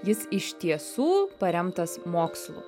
jis iš tiesų paremtas mokslu